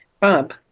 Bob